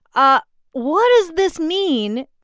ah what does this mean?